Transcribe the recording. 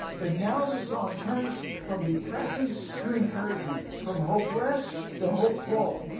but now the song turns from depressing to encouraging. from hopeless to hopeful.